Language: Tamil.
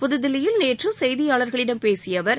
புதுதில்லியில் நேற்று செய்தியாளர்களிடம் பேசிய அவர்